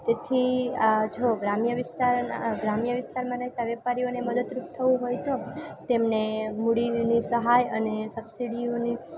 તેથી આ જો ગ્રામ્ય વિસ્તારના ગ્રામ્ય વિસ્તારમાં રહેતા વેપારીઓને મદદરૂપ થવું હોય તો તેમને મૂડીની સહાય અને સબસીડીઓની